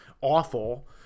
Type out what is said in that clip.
awful